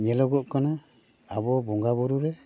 ᱧᱮᱞᱚᱜᱚᱜ ᱠᱟᱱᱟ ᱟᱵᱚ ᱵᱚᱸᱜᱟ ᱵᱩᱨᱩ ᱨᱮ